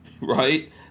Right